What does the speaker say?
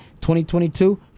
2022